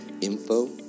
info